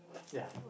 ya